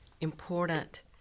important